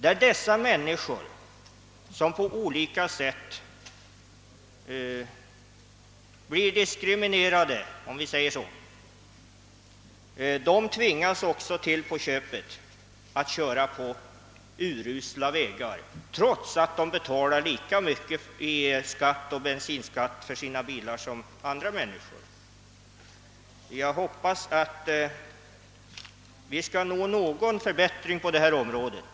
De människor som bor där och som på olika sätt blir så att säga diskriminerade tvingas till på köpet att köra på urusla vägar, trots att de betalar lika mycket i bensinoch bilskatt för sina bilar som andra gör. Jag hoppas att det skall bli någon förbättring på detta område.